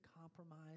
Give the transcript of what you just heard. compromise